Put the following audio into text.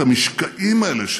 המשקעים האלה,